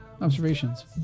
Observations